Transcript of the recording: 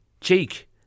cheek